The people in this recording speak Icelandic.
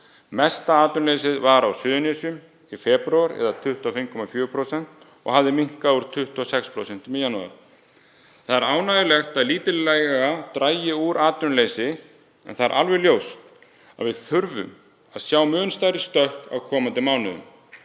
Mesta atvinnuleysið í febrúar var á Suðurnesjum, eða 25,4% og hafði minnkað úr 26% í janúar. Það er ánægjulegt að lítillega dragi úr atvinnuleysi en það er alveg ljóst að við þurfum að sjá mun stærri stökk á komandi mánuðum.